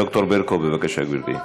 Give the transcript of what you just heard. דוקטור ברקו, בבקשה, גברתי.